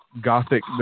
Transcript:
Gothic